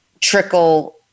trickle